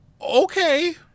okay